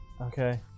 Okay